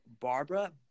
Barbara